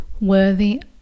worthy